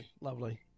Lovely